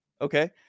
okay